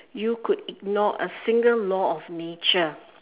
you could ignore a single law of nature